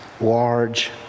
large